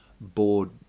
bored